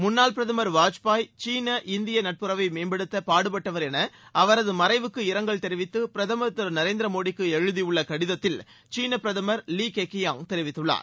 முன்னாள் பிரதமர் வாஜ்பாய் சீன இந்திய நட்புறவை மேம்படுத்த பாடுபட்டவர் என அவரது மறைவுக்கு இரங்கல் தெரிவித்து பிரதமர் திரு நரேந்திர மோடிக்கு எழுதியுள்ள கடிதத்தில் சீனப் பிரதமர் லீ கெகியாங் தெரிவித்துள்ளார்